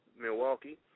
Milwaukee